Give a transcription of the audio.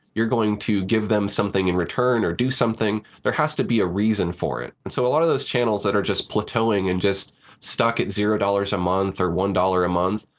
you're going to give them something in return or do something. there has to be a reason for it. and so a lot of those channels that are just but and just stuck at zero dollars a month or one dollars a month,